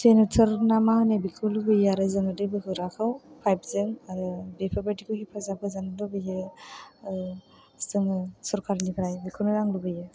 generator ना मा होनो बेखौ लुबैयो आरो जोङो दै बोखोग्राखौ पाइपजों आरो बेफोरबायदिखौ हेफाजाब होजानो लुबैयो जोङो सरकारनिफ्राय बेखौनो आं लुबैयो